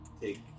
take